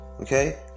Okay